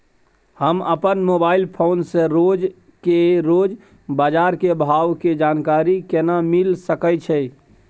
हम अपन mobile phone से रोज के रोज बाजार के भाव के जानकारी केना मिल सके छै?